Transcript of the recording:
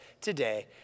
today